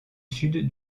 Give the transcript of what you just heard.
sud